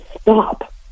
stop